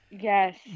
Yes